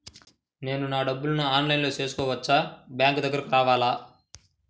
నేను నా డబ్బులను ఆన్లైన్లో చేసుకోవచ్చా? బ్యాంక్ దగ్గరకు రావాలా?